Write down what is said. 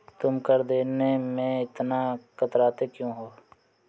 तुम कर देने में इतना कतराते क्यूँ हो?